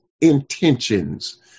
intentions